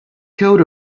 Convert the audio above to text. coat